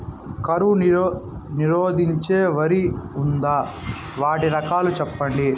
కరువు నిరోధించే వరి ఉందా? వాటి రకాలు చెప్పండి?